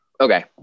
okay